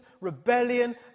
rebellion